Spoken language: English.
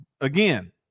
again